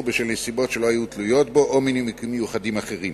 בשל נסיבות שלא היו תלויות בו או מנימוקים מיוחדים אחרים.